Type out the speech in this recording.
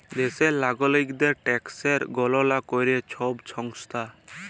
দ্যাশের লাগরিকদের ট্যাকসের গললা ক্যরে ছব সংস্থা